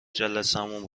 مجلسمون